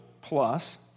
plus